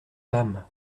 femme